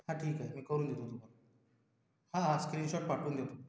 हा ठीक आहे मी करून देतो तुम्हाला हा हा स्क्रिनशॉट पाठवून देतो